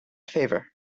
favor